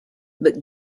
but